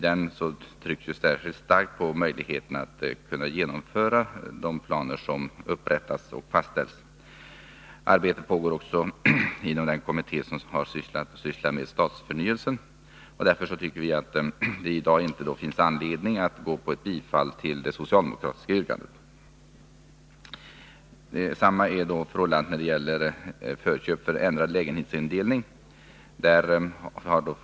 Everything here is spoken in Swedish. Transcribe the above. Där trycks särskilt starkt på möjligheterna att genomföra de planer som upprättas och fastställs. Arbete pågår också inom den kommitté som sysslar med stadsförnyelse. Därför tycker vi att det i dag inte finns anledning att bifalla det socialdemokratiska yrkandet. Förhållandet är detsamma när det gäller förköp för ändrad lägenhetsindelning.